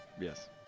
yes